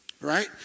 right